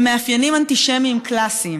במאפיינים אנטישמיים קלאסיים.